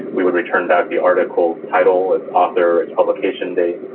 we would return back the article's title, its author, its publication day,